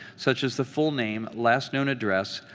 such as the full name, last known address,